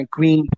Queen